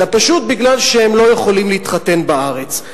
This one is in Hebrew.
אלא פשוט כי הם לא יכולים להתחתן בארץ.